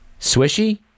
Swishy